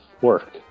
work